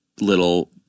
little